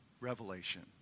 revelation